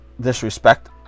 Disrespect